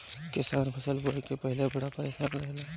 किसान फसल बुआई से पहिले बड़ा परेशान रहेला